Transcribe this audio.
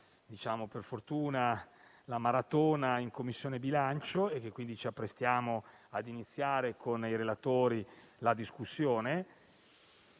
per fortuna - la maratona in Commissione bilancio e che quindi ci apprestiamo ad iniziare la discussione